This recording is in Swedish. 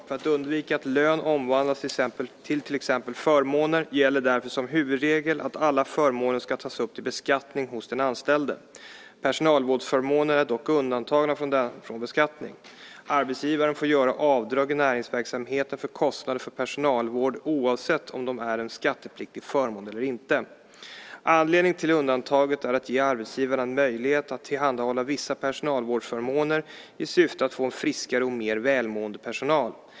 För att undvika att lön omvandlas till till exempel förmåner gäller därför som huvudregel att alla förmåner ska tas upp till beskattning hos den anställde. Personalvårdsförmåner är dock undantagna från beskattning. Arbetsgivaren får göra avdrag i näringsverksamheten för kostnader för personalvård oavsett om de är en skattepliktig förmån eller inte. Anledningen till undantaget är att ge arbetsgivaren en möjlighet att tillhandahålla vissa personalvårdsförmåner i syfte att få en friskare och mer välmående personal.